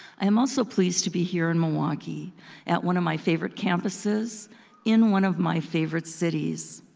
i am also pleased to be here in milwaukee at one of my favorite campuses in one of my favorite cities.